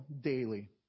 daily